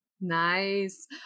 nice